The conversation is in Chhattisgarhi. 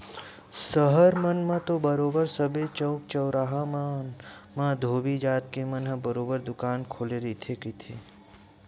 सहर मन म तो बरोबर सबे चउक चउराहा मन म धोबी जात के मन ह बरोबर दुकान खोले रहिबे करथे